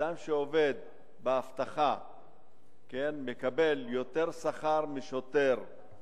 אדם שעובד באבטחה מקבל יותר משוטר.